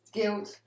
Guilt